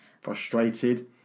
frustrated